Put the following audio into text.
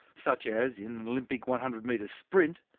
such as in an olympic one hundred metre sprint,